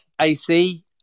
AC